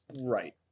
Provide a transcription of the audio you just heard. Right